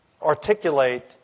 articulate